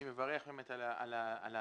אני מברך על הדיון.